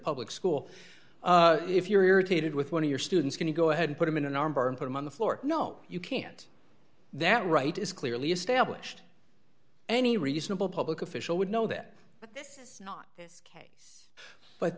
public school if you're irritated with one of your students can you go ahead and put him in a number and put him on the floor no you can't that right is clearly established any reasonable public official would know that